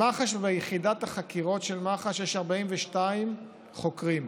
במח"ש, ביחידת החקירות של מח"ש, יש 42 חוקרים.